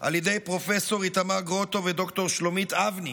על ידי פרופ' איתמר גרוטו וד"ר שלומית אבני